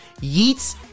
Yeats